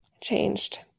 changed